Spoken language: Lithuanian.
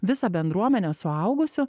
visą bendruomenę suaugusių